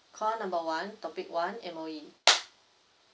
call number one topic one M_O_E